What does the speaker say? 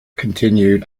continued